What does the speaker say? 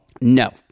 No